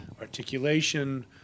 articulation